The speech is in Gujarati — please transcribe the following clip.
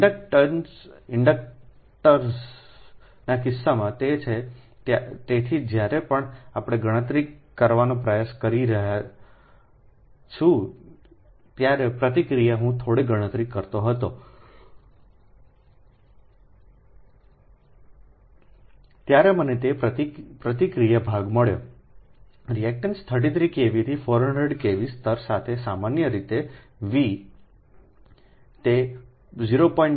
ઇન્ડક્ટન્સના કિસ્સામાં ક્યાં છે અને તેથી જ્યારે પણ આપણે ગણતરી કરવાનો પ્રયાસ કરી રહ્યો છું ત્યારે પ્રતિક્રિયા હું થોડી ગણતરી કરતો હતો ત્યારે મને તે પ્રતિક્રિયા ભાગ મળ્યોરિએક્ટન્સ 33 KV થી 400 KV સ્તર સાથે સામાન્ય રીતે V સંદર્ભ લો 1633 તે 0